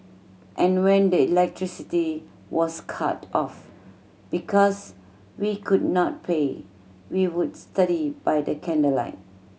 and when the electricity was cut off because we could not pay we would study by the candlelight